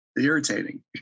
irritating